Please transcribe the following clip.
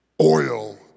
oil